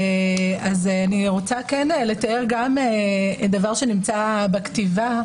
אני רוצה לתאר דבר שנמצא בכתיבה.